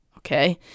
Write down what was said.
okay